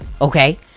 Okay